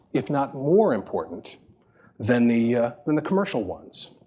if not more, important than the than the commercial ones.